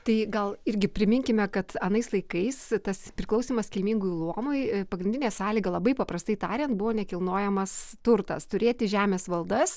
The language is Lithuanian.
tai gal irgi priminkime kad anais laikais tas priklausymas kilmingųjų luomui pagrindinė sąlyga labai paprastai tariant buvo nekilnojamas turtas turėti žemės valdas